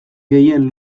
gehien